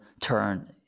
turn